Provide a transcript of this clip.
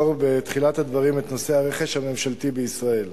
בתחילת הדברים אני רוצה לסקור את נושא הרכש הממשלתי בישראל: